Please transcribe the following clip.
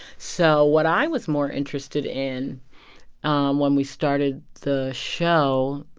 so what i was more interested in um when we started the show,